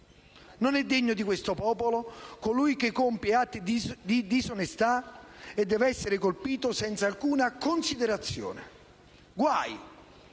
Non è degno di questo popolo colui che compie atti di disonestà e deve essere colpito senza alcuna considerazione. Guai